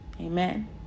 Amen